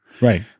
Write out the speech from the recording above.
Right